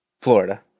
Florida